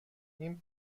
این